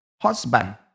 husband